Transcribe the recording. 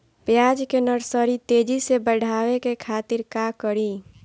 प्याज के नर्सरी तेजी से बढ़ावे के खातिर का करी?